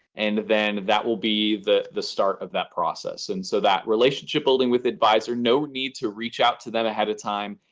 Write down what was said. and then that will be the the of that process. and so that relationship building with adviser, no need to reach out to them ahead of time.